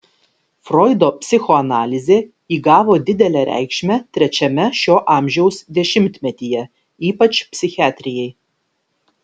froido psichoanalizė įgavo didelę reikšmę trečiame šio amžiaus dešimtmetyje ypač psichiatrijai